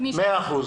מאה אחוז,